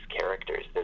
characters